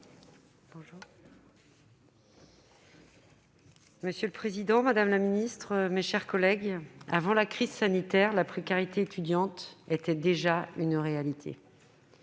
Monsieur le président, madame la ministre, mes chers collègues, avant la crise sanitaire, la précarité étudiante était déjà une réalité.